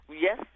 Yes